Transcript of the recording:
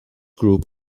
group